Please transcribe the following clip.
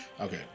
Okay